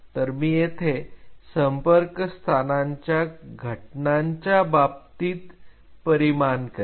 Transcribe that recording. तर मी येथे संपर्क स्थानांच्या घटनांच्या बाबतीत परिमाण करेल